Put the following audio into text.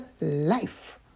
life